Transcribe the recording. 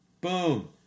boom